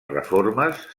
reformes